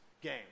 Game